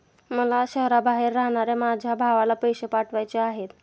मला शहराबाहेर राहणाऱ्या माझ्या भावाला पैसे पाठवायचे आहेत